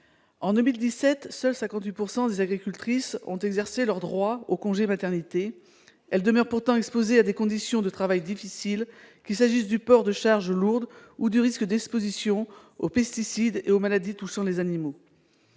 en 2017, 58 % seulement des agricultrices ont exercé leur droit au congé de maternité. Elles demeurent pourtant exposées à des conditions de travail difficiles, qu'il s'agisse du port de charges lourdes ou du risque d'exposition aux pesticides et aux maladies touchant les animaux.